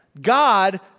God